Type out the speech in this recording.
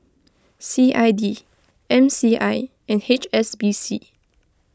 C I D M C I and H S B C